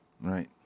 Right